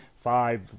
five